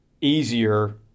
easier